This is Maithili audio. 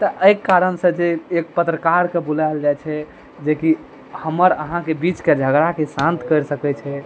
तऽ एहि कारणसे जे एक पत्रकारके बुलएल जाइ छै जेकि हमर अहाँके बीचके झगड़ाके शान्त कैरि सकैत छै